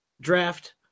Draft